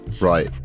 right